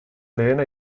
lehena